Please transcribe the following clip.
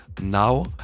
now